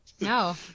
no